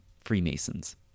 Freemasons